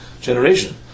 generation